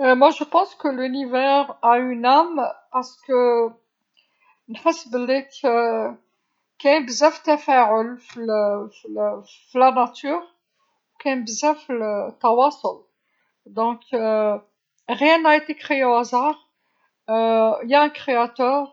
أنا أعتقد أن الكون له روح لأنه نحس بليك كاين بزاف تفاعل في في الطبيعة كاين بزاف تواصل، إذن لم يخلق شيء عشوائيا هناك خالق